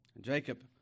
Jacob